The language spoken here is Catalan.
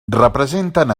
representen